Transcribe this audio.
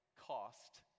cost